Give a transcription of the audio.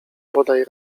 bodaj